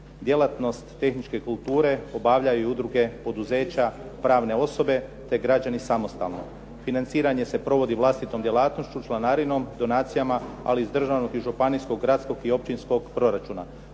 Djelatnost tehničke kulture obavljaju udruge poduzeća, pravne osobe te građani samostalno. Financiranje se provodi vlastitom djelatnošću, članarinom donacijama, ali iz državnog i županijskog, gradskog i općinskog proračuna.